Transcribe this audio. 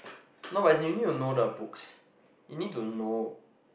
no but as in you need to know the books you need to know